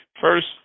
First